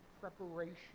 preparation